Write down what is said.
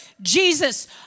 Jesus